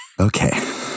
Okay